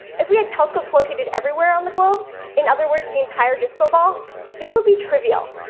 if we had telescopes located everywhere on the globe in other words, the entire disco ball this would be trivial.